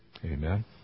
Amen